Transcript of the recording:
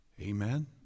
Amen